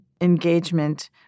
engagement